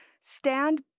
stand